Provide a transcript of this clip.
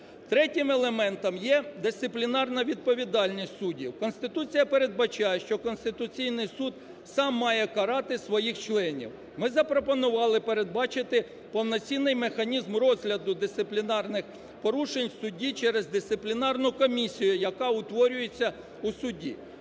Третім елементом є дисциплінарна відповідальність суддів. Конституція передбачає, що Конституційний Суд сам має карати своїх членів. Ми запропонували передбачати повноцінний механізм розгляду дисциплінарних порушень судді через дисциплінарну комісію, яка утворюється у суді.